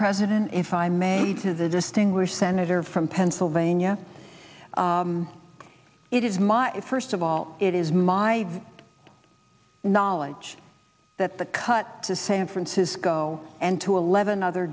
president if i may to the distinguished senator from pennsylvania it is my first of all it is my knowledge that the cut to san francisco and to eleven other